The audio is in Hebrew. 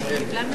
במחלקה הפנימית?